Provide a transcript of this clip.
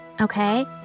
Okay